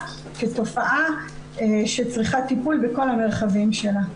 כתופעה שצריכה טיפול בכל המרחבים שלה.